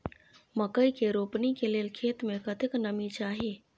मकई के रोपनी के लेल खेत मे कतेक नमी चाही?